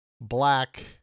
black